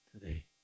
today